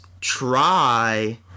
try